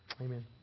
Amen